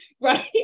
right